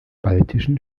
baltischen